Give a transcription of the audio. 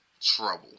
trouble